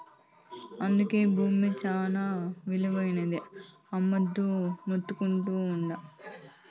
అందుకే బూమి శానా ఇలువైనది, అమ్మొద్దని మొత్తుకుంటా ఉండ్లా